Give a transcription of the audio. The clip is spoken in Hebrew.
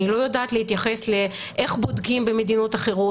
אני לא יודעת להתייחס לשאלה איך בודקים במדינות אחרות,